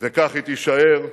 וכך היא תישאר.